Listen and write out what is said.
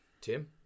Tim